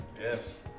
yes